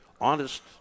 honest